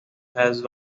has